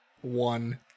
One